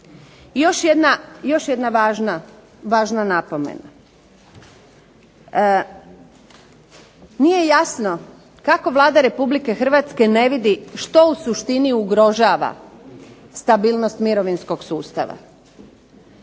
Još jedna važna napomena. Nije jasno kako Vlada Republike Hrvatske ne vidi što u suštini ugrožava stabilnost mirovinskog sustava,